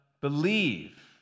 believe